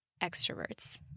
extroverts